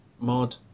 mod